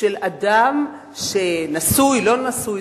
של אדם שנשוי או לא נשוי,